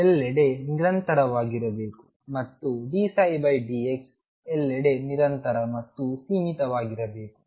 ಎಲ್ಲೆಡೆ ನಿರಂತರವಾಗಿರಬೇಕು ಮತ್ತುdψdx ಎಲ್ಲೆಡೆ ನಿರಂತರ ಮತ್ತು ಸೀಮಿತವಾಗಿರಬೇಕು